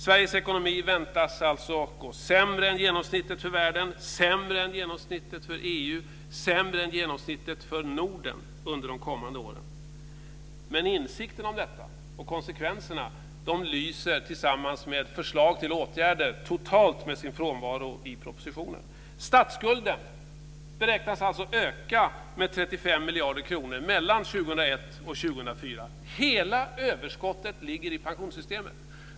Sveriges ekonomi väntas utvecklas sämre än genomsnittet för världen, sämre än genomsnittet för EU och sämre än genomsnittet för Norden under de kommande åren. Men insikten om detta och dess konsekvenser tillsammans med förslag till åtgärder lyser totalt med sin frånvaro i propositionen. Statsskulden beräknas öka med 35 miljarder kronor mellan 2001 och 2004. Hela överskottet ligger i pensionssystemet.